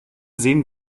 sehen